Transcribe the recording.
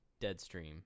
Deadstream